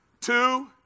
Two